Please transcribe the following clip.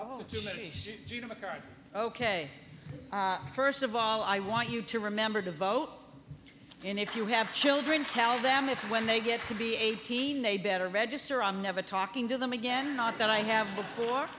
ok first of all i want you to remember to vote and if you have children tell them if when they get to be eighteen they better register i'm never talking to them again not that i have before